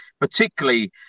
particularly